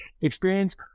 experience